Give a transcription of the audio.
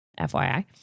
FYI